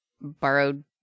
borrowed